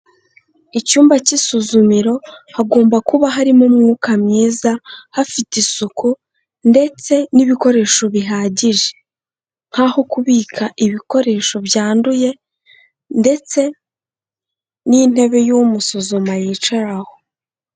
Icyumba cy'isuzumiro, hagomba kuba harimo umwuka mwiza, hafite isuku ndetse n'ibikoresho bihagije, nk'aho aho kubika ibikoresho byanduye ndetse n'intebe y'umusuzuma yicaraho.